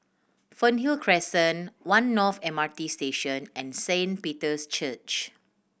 Fernhill Crescent One North M R T Station and Saint Peter's Church